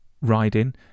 riding